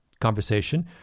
conversation